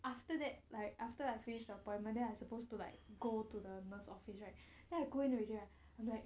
after that like after I finish the appointment then I supposed to like go to the nurse office right then you go in already right like